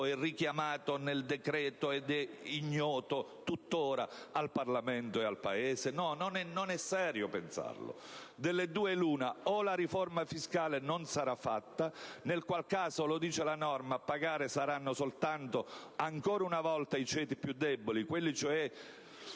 è richiamato nel decreto ed è tuttora ignoto al Parlamento e al Paese? No, non è serio pensarlo. Delle due l'una: la riforma fiscale non sarà fatta, nel qual caso - lo prevede la norma - a pagare saranno soltanto, ancora una volta, i ceti più deboli, cioè